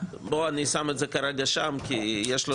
אני שם את זה כרגע שם --- בסדר,